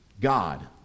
God